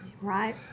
Right